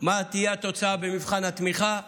מה תהיה התוצאה במבחן התמיכה,